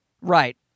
Right